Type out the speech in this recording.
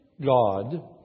God